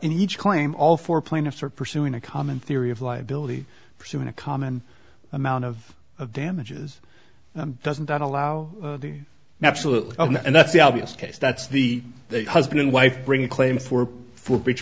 in each claim all four plaintiffs are pursuing a common theory of liability pursuing a common amount of of damages doesn't that allow the absolutely and that's the obvious case that's the husband and wife bring a claim for for breach